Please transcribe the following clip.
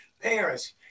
parents